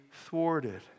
thwarted